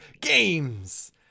games